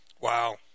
Wow